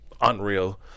unreal